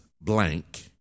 blank